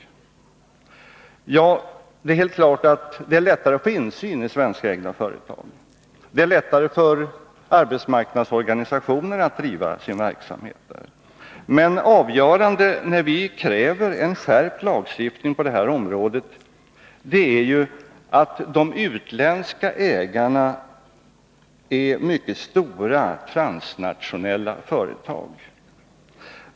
Ja, helt klart är att det är lättare att få insyn i svenskägda företag. Det är lättare för arbetsmarknadsorganisationerna att där driva sin verksamhet. Men det avgörande, när vi kräver en skärpt lagstiftning på detta område, är ju att de utländska ägarna är mycket stora transnationella företag.